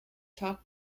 tok